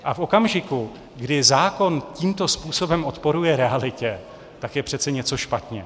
A v okamžiku, kdy zákon tímto způsobem odporuje realitě, tak je přece něco špatně.